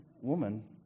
woman